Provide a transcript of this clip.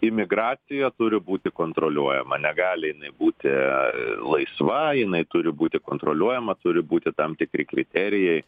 imigracija turi būti kontroliuojama negali jinai būti laisva jinai turi būti kontroliuojama turi būti tam tikri kriterijai